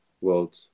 world